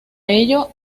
ello